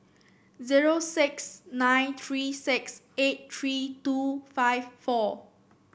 zero six nine three six eight three two five four